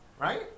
Right